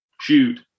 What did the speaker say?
shoot